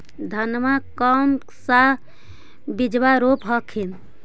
धनमा कौन सा बिजबा रोप हखिन?